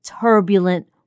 turbulent